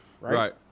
Right